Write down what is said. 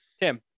Tim